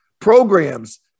programs